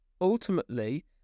ultimately